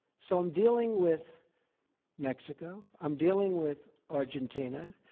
so i'm dealing with mexico. i'm dealing with argentina.